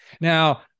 now